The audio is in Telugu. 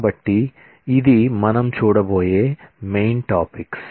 కాబట్టి ఇది మనం చూడబోయే మెయిన్ టాపిక్స్